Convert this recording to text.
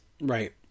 Right